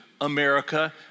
America